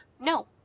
No